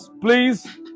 please